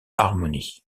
harmonie